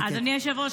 אדוני היושב-ראש,